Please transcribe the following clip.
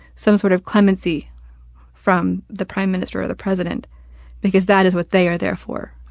some sort of clemency from the prime minister or the president because that is what they are there for.